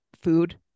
food